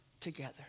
together